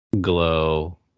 glow